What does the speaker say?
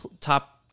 top